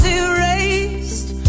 erased